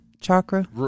chakra